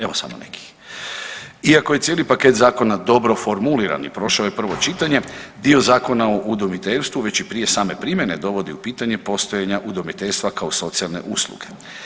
Evo samo nekih, iako je cijeli paket zakona dobro formuliran i prošao je prvo čitanje dio Zakona o udomiteljstvu već i prije same primjene dovodi u pitanje postojanja udomiteljstva kao socijalne usluge.